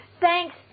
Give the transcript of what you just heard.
Thanks